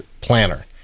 planner